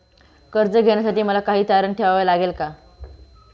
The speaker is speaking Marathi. कर्ज घेण्यासाठी मला काही तारण ठेवावे लागेल का?